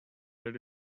there